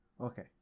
Okay